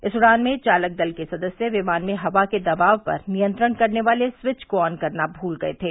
इस उड़ान में चालक दल के सदस्य विमान में हवा के दबाव पर नियंत्रण करने वाले स्विव को ऑन करना भूल गए थे